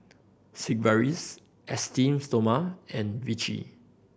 Sigvaris Esteem Stoma and Vichy